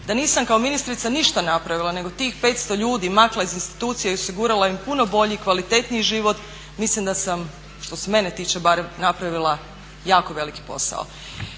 Da nisam kao ministrica ništa napravila nego tih 500 ljudi maknula iz institucija i osigurala im puno bolji i kvalitetniji život mislim da sam, što se mene tiče barem, napravila jako veliki posao.